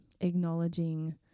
acknowledging